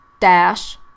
dash